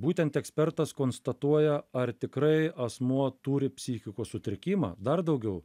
būtent ekspertas konstatuoja ar tikrai asmuo turi psichikos sutrikimą dar daugiau